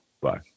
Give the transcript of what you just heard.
Bye